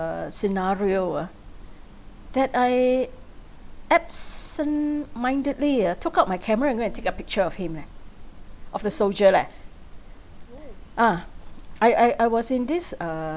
uh scenario ah that I absent mindedly ah took out my camera and go and take a picture of him leh of the soldier leh ah I I I was in this uh